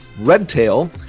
Redtail